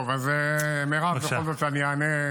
טוב, מירב, בכל זאת אני אענה,